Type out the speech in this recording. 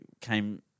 came